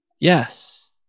Yes